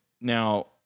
Now